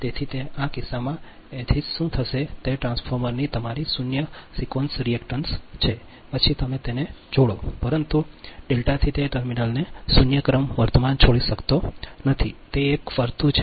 તેથી તે કિસ્સામાં એથિસ શું થશે તે ટ્રાન્સફોર્મરની તમારી શૂન્ય સિક્વન્સ રિએક્ટન્સ છે પછી તમે તેને તેને જોડો પરંતુ ડેલ્ટાથી તે ટર્મિનલને શૂન્ય ક્રમ વર્તમાન છોડી શકતો નથી તે એક ફરતું છે